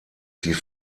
sie